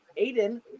Aiden